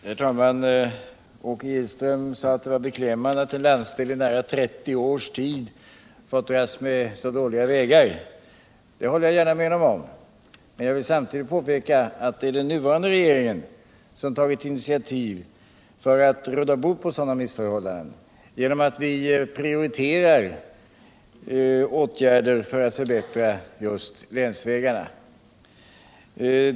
Herr talman! Åke Gillström sade att det var beklämmande att en landsdel i nära 30 års tid fått dras med så dåliga vägar. Det håller jag gärna med om, men Jag vill samtidigt påpeka att det är den nuvarande regeringen som tagit initiativ för att råda bot på sådana missförhållanden genom att prioritera åtgärder för att förbättra länsvägarna.